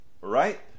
Right